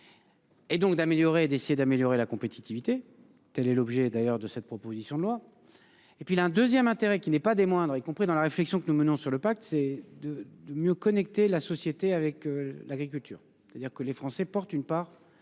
Et donc d'améliorer et d'essayer d'améliorer la compétitivité, telle est l'objet d'ailleurs de cette proposition de loi. Et puis la 2ème intérêt qui n'est pas des moindres, y compris dans la réflexion que nous menons sur le Pacs, c'est de mieux connecter la société avec l'agriculture. C'est-à-dire que les français portent une part